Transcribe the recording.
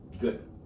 good